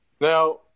Now